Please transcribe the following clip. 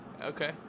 okay